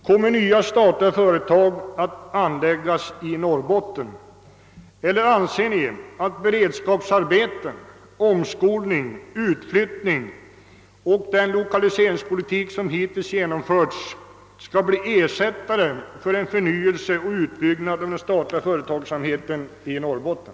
Kommer nya statliga företag att anläggas i detta län? Eller anser statsrådet att beredskapsarbeten, omskolning, utflyttning och den lokaliseringspolitik som hittills genomförts skall bli ersättare för en förnyelse och utbyggnad av den statliga företagsamheten i Norrbotten?